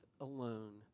alone